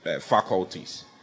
faculties